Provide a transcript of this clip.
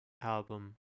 album